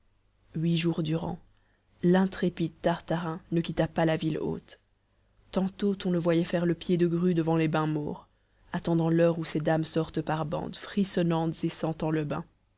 huit jours durant l'intrépide tartarin ne quitta pas la ville haute tantôt on le voyait faire le pied de grue devant les bains maures attendant l'heure où ces dames sortent par bandes frissonnantes et sentant le bain